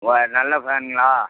ஒ நல்ல ஃபேன்ங்களா